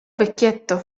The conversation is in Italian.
vecchietto